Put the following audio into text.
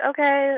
Okay